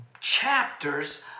chapters